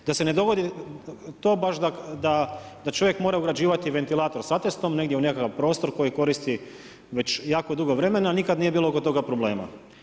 Da se ne dogodi to baš da čovjek mora građivati ventilator sa atestom, negdje u nekakav prostor, koji koristi već jako dugo vremena, nikada nije bilo oko toga problema.